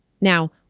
Now